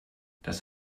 das